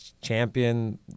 champion